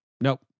Nope